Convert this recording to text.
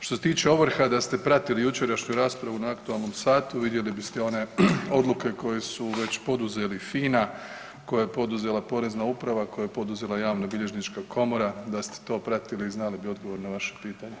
Što se tiče ovrha, da ste pratili jučerašnju raspravu na aktualnom satu, vidjeli biste one odluke koje su već poduzeli Fina, koje je poduzela Porezna uprava, koje je poduzela Javnobilježnička komora, da ste to pratili, znali bi odgovor na vaše pitanje.